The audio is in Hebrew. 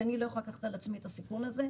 כי אני לא יכולה לקחת על עצמי את הסיכון הזה,